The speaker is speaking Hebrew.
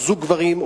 זוג גברים,